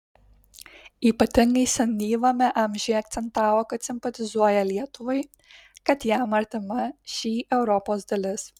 ypatingai senyvame amžiuje akcentavo kad simpatizuoja lietuvai kad jam artima šį europos dalis